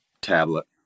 tablet